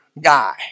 guy